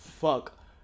fuck